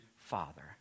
Father